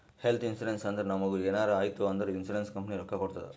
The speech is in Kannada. ಹೆಲ್ತ್ ಇನ್ಸೂರೆನ್ಸ್ ಅಂದುರ್ ನಮುಗ್ ಎನಾರೇ ಆಯ್ತ್ ಅಂದುರ್ ಇನ್ಸೂರೆನ್ಸ್ ಕಂಪನಿ ರೊಕ್ಕಾ ಕೊಡ್ತುದ್